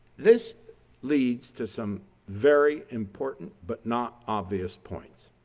this leads to some very important but not obvious points.